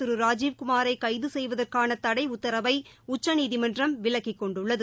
திரு ராஜீவ்குமாரை கைது செய்வதற்கான தடை உத்தரவை உச்சநீதிமன்றம் விலக்கிக் கொண்டுள்ளது